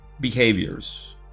behaviors